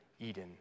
Eden